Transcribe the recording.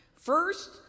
First